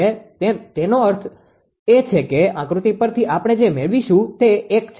તો આનો અર્થ એ છે કે આકૃતિ પરથી આપણે જે મેળવીશું તે 1 છે